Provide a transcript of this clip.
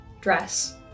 dress